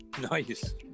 Nice